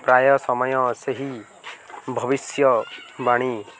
ପ୍ରାୟ ସମୟ ସେହି ଭବିଷ୍ୟବାଣୀ